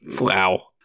Wow